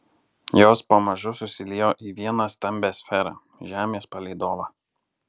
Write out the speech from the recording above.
jos pamažu susiliejo į vieną stambią sferą žemės palydovą